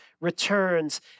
returns